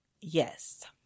yes